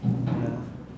ya